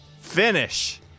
finish